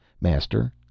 master